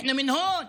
(חוזר על הדברים בערבית.)